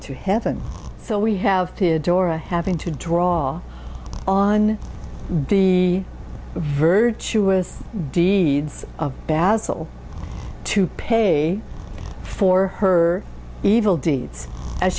to heaven so we have to dora having to draw on the virtuous deeds of basil to pay for her evil deeds as